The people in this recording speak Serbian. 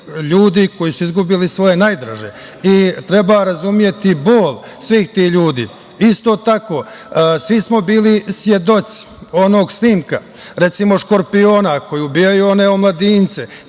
koji su izgubili svoje najdraže i treba razumeti bol svih tih ljudi. Isto tako, svi smo bili svedoci onog snimka, recimo „škorpiona“ koji ubijaju one omladince,